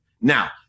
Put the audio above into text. Now